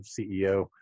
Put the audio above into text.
CEO